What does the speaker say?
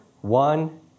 one